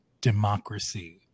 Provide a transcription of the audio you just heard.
democracy